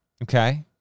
Okay